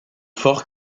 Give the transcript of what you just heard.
fort